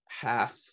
half